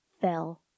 fell